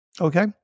Okay